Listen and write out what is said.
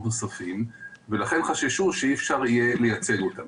נוספים ולכן חששו שאי אפשר יהיה לייצג אותם.